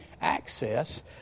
access